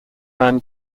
van